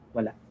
Wala